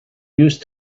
used